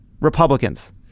Republicans